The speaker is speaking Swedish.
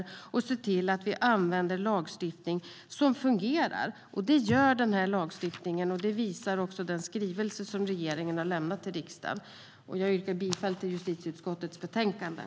Vi måste också se till att vi använder en lagstiftning som fungerar, och det gör den här. Det visar också den skrivelse som regeringen har lämnat till riksdagen. Jag yrkar bifall till justitieutskottets förslag i betänkandet.